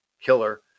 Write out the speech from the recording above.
killer